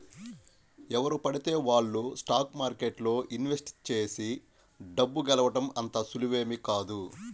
ఎవరు పడితే వాళ్ళు స్టాక్ మార్కెట్లో ఇన్వెస్ట్ చేసి డబ్బు గెలవడం అంత సులువేమీ కాదు